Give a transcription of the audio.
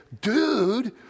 dude